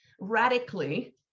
radically